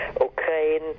Ukraine